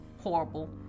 horrible